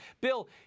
Bill